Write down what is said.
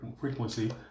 frequency